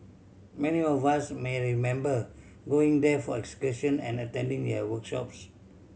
many of us may remember going there for excursion and attending their workshops